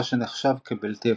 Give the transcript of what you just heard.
מה שנחשב כבלתי אפשרי.